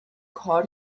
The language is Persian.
کار